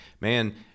man